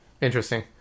Interesting